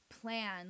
plan